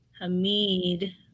Hamid